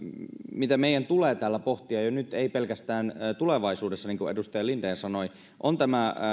mitä meidän tulee täällä pohtia jo nyt ei pelkästään tulevaisuudessa niin kuin edustaja linden sanoi on tämä